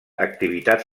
activitats